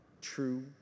true